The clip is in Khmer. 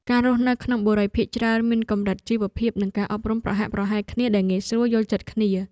អ្នករស់នៅក្នុងបុរីភាគច្រើនមានកម្រិតជីវភាពនិងការអប់រំប្រហាក់ប្រហែលគ្នាដែលងាយស្រួលយល់ចិត្តគ្នា។